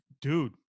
Dude